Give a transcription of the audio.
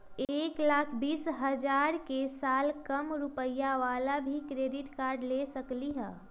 एक लाख बीस हजार के साल कम रुपयावाला भी क्रेडिट कार्ड ले सकली ह?